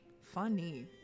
Funny